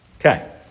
Okay